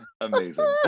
Amazing